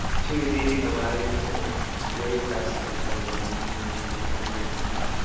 to leading a life that makes way less of a carbon imprint on the planet, you know.